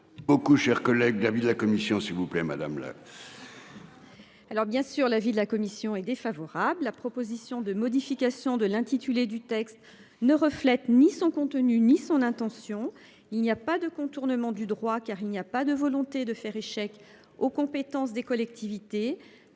Beaucoup chers collègue David la commission s'il vous plaît madame là. Alors bien sûr l'avis de la commission est défavorable. La proposition de modification de l'intitulé du texte ne reflète ni son contenu ni son intention. Il n'y a pas de contournement du droit car il n'y a pas de volonté de faire échec aux compétences des collectivités,